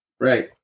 Right